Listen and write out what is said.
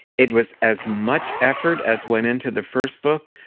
it was as much effort as went into the first book,